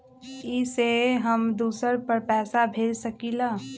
इ सेऐ हम दुसर पर पैसा भेज सकील?